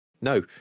No